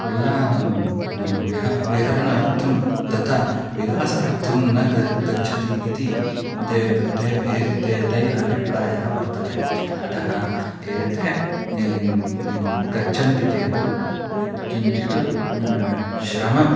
उल्लासं विहारः विहरणार्थं तथा विलासार्थं न गच्छ गच्छति इति ते तैः ते तैरभिप्रायः वर्तते अतः एते गच्छन्ति चेत् यत्किञ्चित् श्रमः